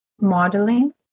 modeling